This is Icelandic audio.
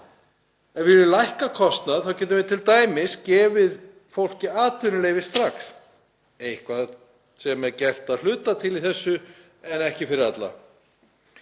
Ef við viljum lækka kostnað þá getum við t.d. gefið fólki atvinnuleyfi strax, eitthvað sem er gert að hluta til í þessu en ekki fyrir alla.